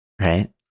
Right